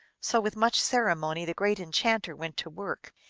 so, with much ceremony, the great enchanter went to work.